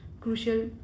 crucial